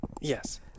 Yes